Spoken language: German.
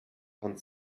kann